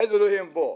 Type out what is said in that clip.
אין אלוהים פה.